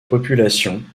population